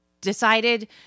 decided